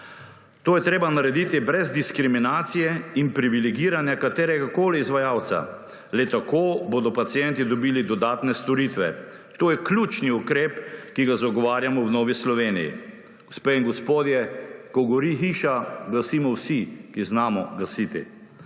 To je treba narediti brez diskriminacije in privilegiranja kateregakoli izvajalca. Le tako bodo pacienti dobili dodatne storitve. To je ključni ukrep, ki ga zagovarjamo v Novi Sloveniji. Gospe in gospodje, ko gori hiša, gasimo vsi, ki znamo gasiti.